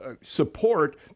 support